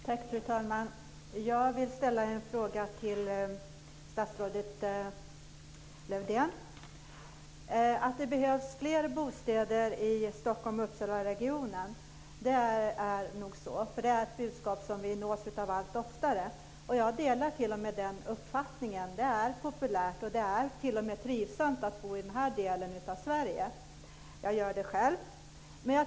Fru talman! Jag vill ställa en fråga till statsrådet Det behövs fler bostäder i Stockholm-Uppsalaregionen. Det är ett budskap som vi nås av allt oftare. Jag delar den uppfattningen. Det är populärt, och det är t.o.m. trivsamt att bo i den här delen av Sverige. Jag gör det själv.